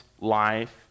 life